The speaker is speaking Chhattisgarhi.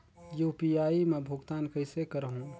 यू.पी.आई मा भुगतान कइसे करहूं?